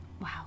Wow